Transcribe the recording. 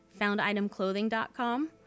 Founditemclothing.com